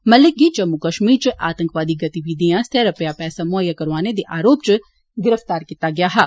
मलिक गी जम्मू कश्मीर इच आतंकवादी गतिविधियों आस्तै रपेआ पैसा म्हैय्या करोआने दे आरोप इच गिरफ्तार कीताया गया हा